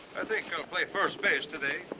i think i'll play first base today.